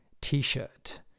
t-shirt